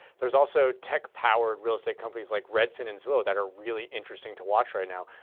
there's also tech-powered real estate companies like redfin and zillow that are really interesting to watch right now.